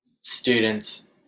students